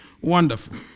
Wonderful